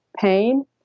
pain